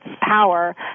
power